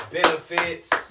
Benefits